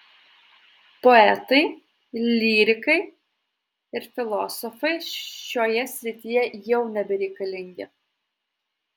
poetai lyrikai ir filosofai šioje srityje jau nebereikalingi